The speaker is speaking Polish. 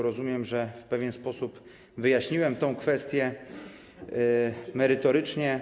Rozumiem, że w pewien sposób wyjaśniłem tę kwestię merytorycznie.